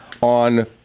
on